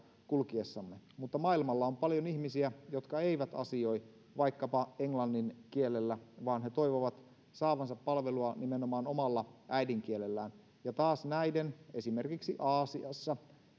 kulkiessanne mutta maailmalla on paljon ihmisiä jotka eivät asioi vaikkapa englannin kielellä vaan he toivovat saavansa palvelua nimenomaan omalla äidinkielellään ja näiden kielten esimerkiksi aasiassa